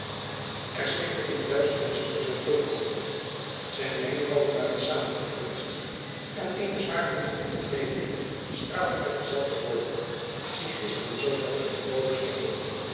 er zweefde eene duisternis over zijn voorhoofd zijne wenkbraauwen waren zamengefronseld en eene zwaarmoedige ontevredenheid straalde uit dezelfde oogen die gisteren zoo helder en vrolijk stonden